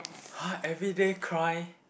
!huh! everyday cry